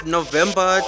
November